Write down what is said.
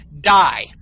die